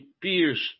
Pierce